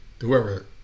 whoever